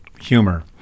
humor